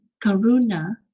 karuna